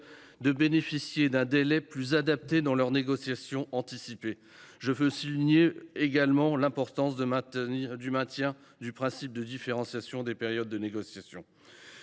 de bénéficier d’un délai plus adapté dans leurs négociations anticipées. Je relève également l’importance du maintien du principe de différenciation des périodes de négociation.